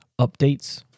updates